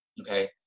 Okay